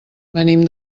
venim